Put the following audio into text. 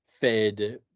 fed